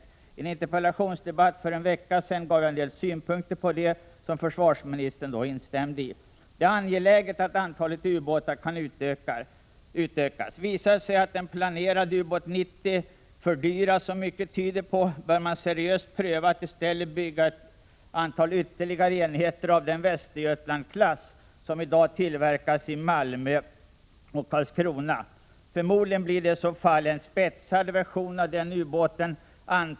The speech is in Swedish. I en interpellationsdebatt för en vecka sedan gav jag en del synpunkter på detta, i vilka försvarsministern då instämde. Det är angeläget att antalet ubåtar kan utökas. Visar det sig att den planerade ubåt 90 fördyras, som mycket tyder på, bör man seriöst pröva att i stället bygga ytterligare ett antal enheter av den Västergötlandsklass som i dag tillverkas i Malmö och Karlskrona. Förmodligen blir det i så fall en ”spetsad” version av den ubåten.